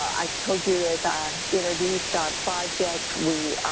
i told you as i introduced our project, we